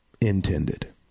intended